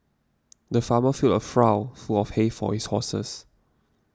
the farmer filled a trough full of hay for his horses